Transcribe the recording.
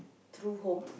true home